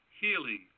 healing